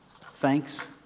Thanks